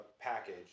package